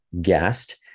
guest